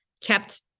kept